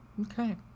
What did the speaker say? Okay